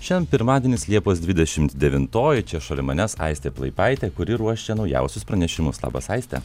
šiandien pirmadienis liepos dvidešimt devintoji čia šalia manęs aistė plaipaitė kuri ruošia naujausius pranešimus labas aiste